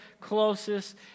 closest